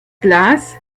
glas